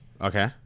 okay